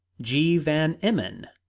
g. van emmon,